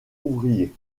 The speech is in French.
ouvriers